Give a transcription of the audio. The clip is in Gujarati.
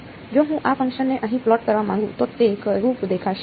જો હું આ ફંક્શનને અહીં પ્લોટ કરવા માંગુ તો તે કેવું દેખાશે